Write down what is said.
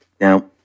now